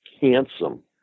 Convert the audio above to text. handsome